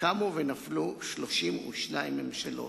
קמו ונפלו 32 ממשלות,